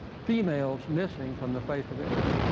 females missing from the face of the earth.